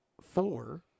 four